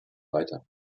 weiter